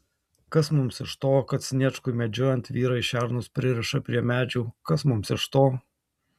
kas mums iš to kad sniečkui medžiojant vyrai šernus pririša prie medžių kas mums iš to